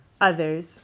others